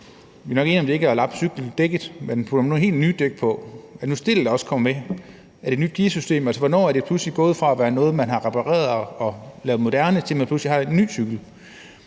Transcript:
Vi er nok enige om, at det ikke er at lappe cykeldækket, men er det ved at putte nogle helt nye dæk på, er stellet nu også kommet med, er det et nyt gearsystem? Altså, hvornår er det gået fra at være noget, som man har repareret og lavet moderne, til at man pludselig har en ny cykel?